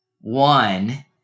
One